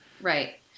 right